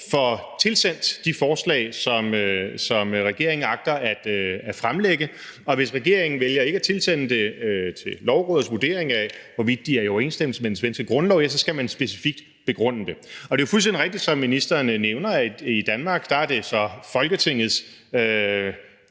får tilsendt de forslag, som regeringen agter at fremlægge, og hvis regeringen vælger ikke at tilsende dem til lovrådets vurdering af, hvorvidt de er i overensstemmelse med den svenske grundlov, skal man specifikt begrunde det. Og det er fuldstændig rigtigt, som ministeren nævner, at i Danmark er det så Folketingets,